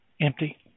empty